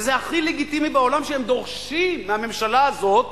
וזה הכי לגיטימי בעולם שהם דורשים מהממשלה הזאת